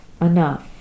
enough